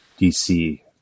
DC